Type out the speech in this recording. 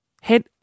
head